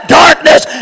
darkness